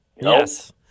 Yes